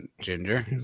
Ginger